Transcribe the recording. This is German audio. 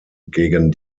gegen